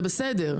זה בסדר.